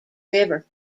river